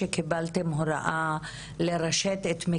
לא רק מסביב.